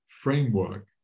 framework